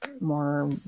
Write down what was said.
more